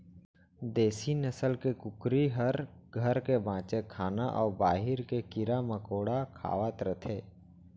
देसी नसल के कुकरी हर घर के बांचे खाना अउ बाहिर के कीरा मकोड़ा खावत रथे